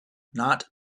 not